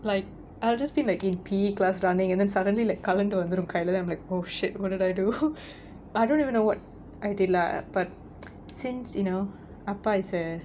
like I'll just be like in P_E class running and then suddenly like கழண்டு வந்திரும் கைல:kalandu vanthirum kaila then I'm like oh shit what did I do I don't even know what I did lah but since you know அப்பா:appa is a